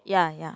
ya ya